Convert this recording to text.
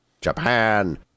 Japan